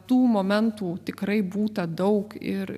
tų momentų tikrai būta daug ir